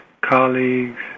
colleagues